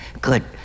Good